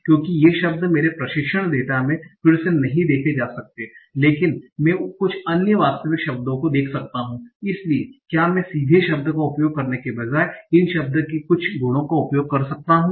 क्योंकि ये शब्द मेरे प्रशिक्षण डेटा में फिर से नहीं देखे जा सकते हैं लेकिन मैं कुछ अन्य वास्तविक शब्दों को देख सकता हूं इसलिए क्या मैं सीधे शब्द का उपयोग करने के बजाय इन शब्दों के कुछ गुणों का उपयोग कर सकता हूं